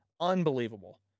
Unbelievable